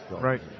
right